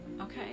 Okay